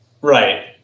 Right